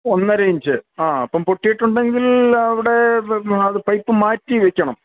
ഒന്നര ഇഞ്ച് ആ അപ്പം പൊട്ടീട്ടുണ്ടെങ്കിൽ അവിടെ പൈപ്പ് മാറ്റി വെയ്ക്കണം